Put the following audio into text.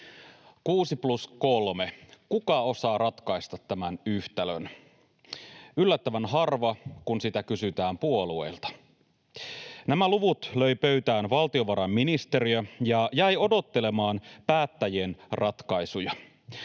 puhemies! 6+3 — kuka osaa ratkaista tämän yhtälön? Yllättävän harva, kun sitä kysytään puolueilta. Nämä luvut löi pöytään valtiovarainministeriö ja jäi odottelemaan päättäjien ratkaisuja.